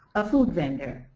a food vendor.